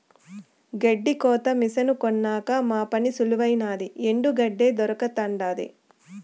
గెడ్డి కోత మిసను కొన్నాక మా పని సులువైనాది ఎండు గెడ్డే దొరకతండాది